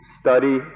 study